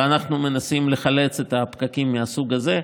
ואנחנו מנסים לחלץ את הפקקים מהסוג הזה,